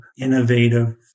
innovative